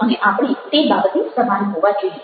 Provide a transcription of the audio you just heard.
અને આપણે તે બાબતે સભાન હોવા જોઈએ